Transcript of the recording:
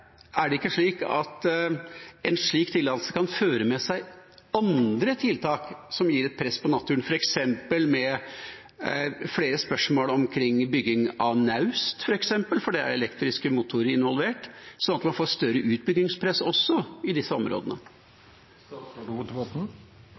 er det ene spørsmålet. Det andre er: Er det ikke slik at en slik tillatelse kan føre med seg andre tiltak som gir et press på naturen, med flere spørsmål omkring bygging av f.eks. naust fordi det er elektriske motorer involvert, slik at man også får et større utbyggingspress i disse områdene?